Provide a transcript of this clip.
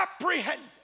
apprehended